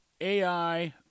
AI